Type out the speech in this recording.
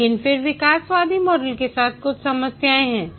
लेकिन फिर विकासवादी मॉडल के साथ कुछ समस्याएं हैं